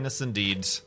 indeed